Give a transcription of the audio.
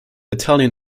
italian